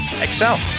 excel